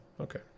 okay